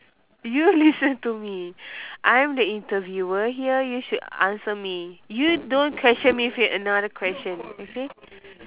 you listen to me I'm the interviewer here you should answer me you don't question me with another question okay